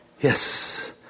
Yes